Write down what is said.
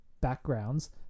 backgrounds